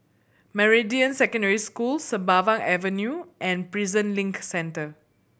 Meridian Secondary School Sembawang Avenue and Prison Link Centre